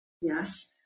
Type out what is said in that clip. Yes